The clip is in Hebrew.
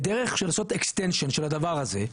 בדרך של לעשות אקסטנשן של הדבר הזה,